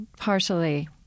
partially